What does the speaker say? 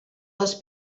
les